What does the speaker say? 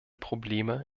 probleme